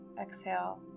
Exhale